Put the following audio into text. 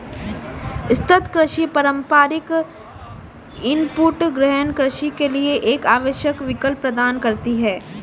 सतत कृषि पारंपरिक इनपुट गहन कृषि के लिए एक आवश्यक विकल्प प्रदान करती है